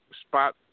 spot